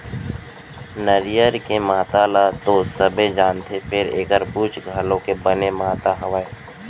नरियर के महत्ता ल तो सबे जानथें फेर एकर बूच घलौ के बने महत्ता हावय